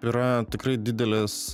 yra tikrai didelis